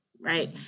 right